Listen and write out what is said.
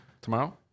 tomorrow